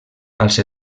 als